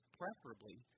preferably